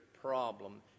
problem